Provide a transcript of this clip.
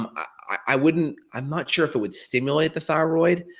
um i wouldn't i'm not sure if it would stimulate the thyroid,